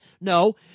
No